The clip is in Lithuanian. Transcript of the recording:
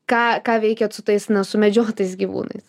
ką ką veikiat su tais na sumedžiotais gyvūnais